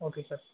okay sir